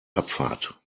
abfahrt